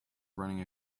running